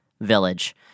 village